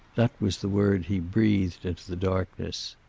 that was the word he breathed into the darkness.